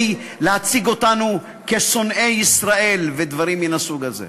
להציג אותנו כשונאי ישראל ודברים מהסוג הזה.